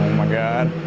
my god